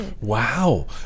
Wow